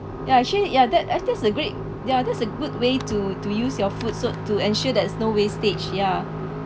ya actually ya that that's that's a great yeah that's a good way to to use your food so to ensure there's no wastage yeah